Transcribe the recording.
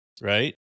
right